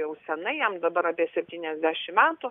jau senai jam dabar apie septyniasdešim metų